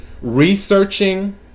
Researching